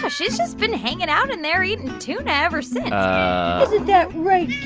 ah she's just been hanging out in there eating tuna ever since. isn't that right,